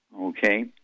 okay